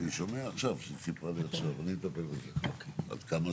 אני כל הזמן